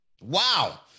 Wow